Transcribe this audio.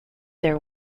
their